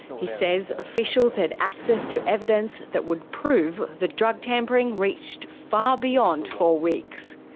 he says officials had access to evidence that would prove the drug tampering reached far beyond four weeks.